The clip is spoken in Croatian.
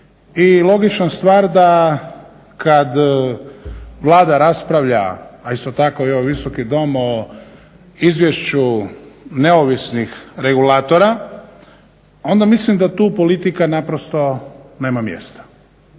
i logična stvar da kad Vlada raspravlja, a isto tako i ovaj Visoki dom o izvješću neovisnih regulatora onda mislim da tu politika naprosto nema mjesta.